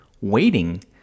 waiting